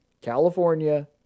California